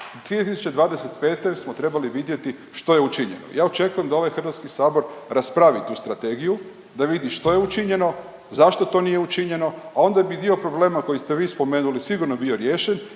i 2025. smo trebali vidjeti što je učinjeno. Ja očekujem da ovaj Hrvatski sabor raspravi tu strategiju, da vidi što je učinjeno, zašto to nije učinjeno, a onda bi dio problema koji ste vi spomenuli sigurno bio riješen